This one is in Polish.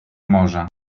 morza